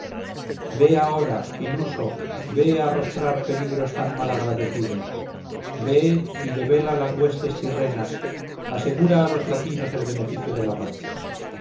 ve ahora iluso ve a arrostrar peligros tan mal agradecidos ve y debela las huestes tirrenas asegura a los latinos el beneficio de la paz